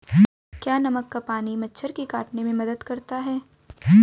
क्या नमक का पानी मच्छर के काटने में मदद करता है?